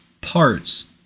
parts